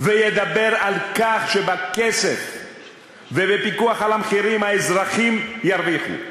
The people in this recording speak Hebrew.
וידבר על כך שבכסף ובפיקוח על המחירים האזרחים ירוויחו,